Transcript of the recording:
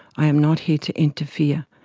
i am not here to interfere.